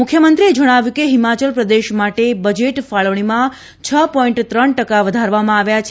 મુખ્યમંત્રીએ જણાવ્યું કે હિમાચલ પ્રદેશ માટે બજેટ ફાળવણીમાં છ પોઈન્ટ ત્રણ ટકા વધારવામાં આવ્યા છે